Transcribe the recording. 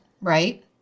right